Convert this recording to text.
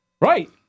Right